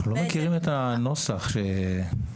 אנחנו לא מכירים את הנוסח שמוקרא.